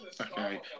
Okay